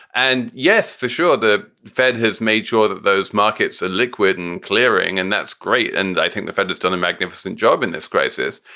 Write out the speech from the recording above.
and yes, for sure, the fed has made sure that those markets are liquid and clearing. and that's great. and i think the fed has done a magnificent job in this crisis.